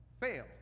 fail